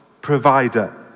provider